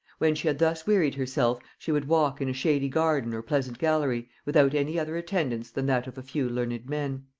when she had thus wearied herself, she would walk in a shady garden or pleasant gallery, without any other attendance than that of a few learned men.